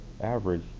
average